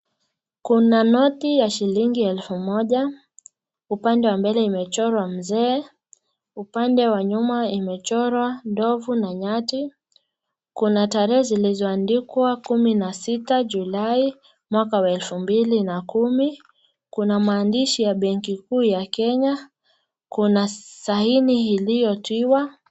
Kuna noti ya shilingi elfu moja, upande wa mbele umechorwa mzee, upande wa nyuma imechorwa ndovu na nyati, kuna tarehe zilizoandikwa kumi na sita july mwaka wa elfu mbili na kumi, kuna maandishi ya benki kuu ya Kenya, kuna saini iliyotiwa.